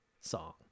song